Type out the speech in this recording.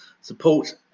support